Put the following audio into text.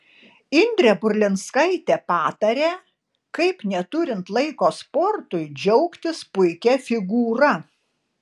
indrė burlinskaitė patarė kaip neturint laiko sportui džiaugtis puikia figūra